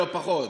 לא, פחות.